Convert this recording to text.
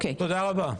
תודה רבה.